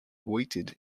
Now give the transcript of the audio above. waited